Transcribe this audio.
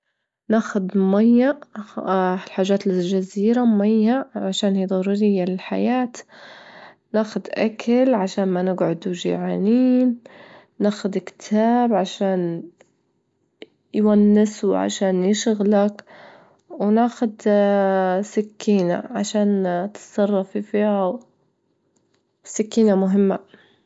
نأخد مية الحاجات للجزيرة مية علشان هي ضرورية للحياة، نأخد أكل عشان ما نجعدوا جعانين، نأخد كتاب عشان يونس وعشان يشغلك، ونأخد سكينة عشان تتصرفي فيها والسكينة مهمة.